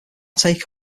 take